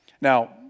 Now